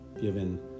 given